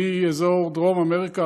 מאזור דרום אמריקה,